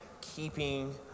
keeping